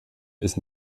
ist